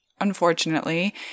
Unfortunately